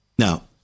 Now